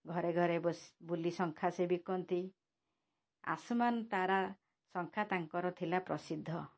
ଘରେ ଘରେ ବୁଲି ଶଙ୍ଖା ସେ ବିକନ୍ତି ଆସମାନ୍ ତାରା ଶଙ୍ଖା ତାଙ୍କର ଥିଲା ପ୍ରସିଦ୍ଧ